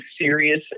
serious